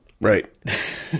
Right